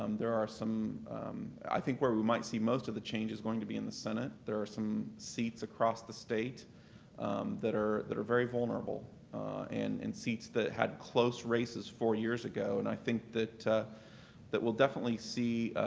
um there are some i think where we might see most of the change is going to be in the senate. there are some seats across the state that are that are very vulnerable and and seats that had close races four years ago, and i think that we'll we'll definitely see